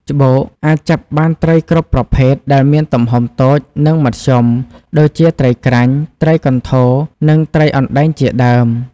ច្បូក អាចចាប់បានត្រីគ្រប់ប្រភេទដែលមានទំហំតូច និងមធ្យម ដូចជាត្រីក្រាញ់ ត្រីកន្ធរ និងត្រីអណ្ដែងជាដើម។